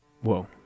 Whoa